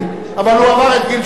אבל הוא עבר את גיל 70,